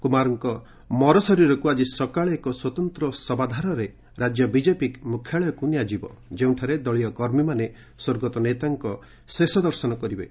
କୁମାରଙ୍କ ମରଶରୀରକୁ ଆଜି ସକାଳେ ଏକ ସ୍ପତନ୍ତ୍ର ଶବାଧାରରେ ରାଜ୍ୟ ବିଜେପି ମୁଖ୍ୟାଳୟକୁ ନିଆଯିବ ଯେଉଁଠାରେ ଦଳୀୟ କର୍ମୀମାନେ ସ୍ୱର୍ଗତ ନେତାଙ୍କ ଶେଷ ଦର୍ଶନ କରିବେ